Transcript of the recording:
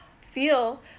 Feel